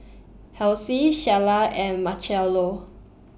Halsey Shayla and Marchello